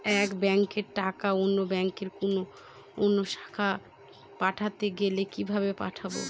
এক ব্যাংকের টাকা অন্য ব্যাংকের কোন অন্য শাখায় পাঠাতে গেলে কিভাবে পাঠাবো?